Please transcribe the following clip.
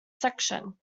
section